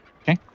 Okay